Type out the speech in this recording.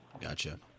Gotcha